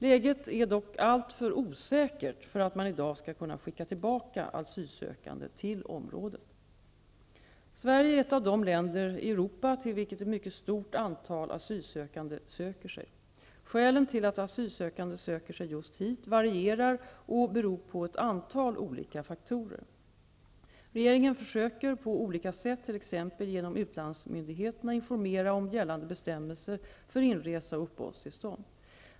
Läget är dock alltför osäkert för att man i dag skulle kunna skicka tillbaka asylsökande till området. Sverige är ett av de länder i Europa till vilket ett mycket stort antal asylsökande söker sig. Skälen till att asylsökande söker sig just hit varierar och beror på ett antal olika faktorer. Regeringen försöker på olika sätt, t.ex. genom utlandsmyndigheterna, informera om gällande bestämmelser för inresa och uppehållstillstånd.